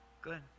Good